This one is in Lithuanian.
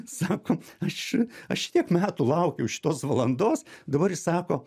sako aš aš šitiek metų laukiau šitos valandos dabar jis sako